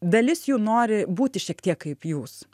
dalis jų nori būti šiek tiek kaip jūs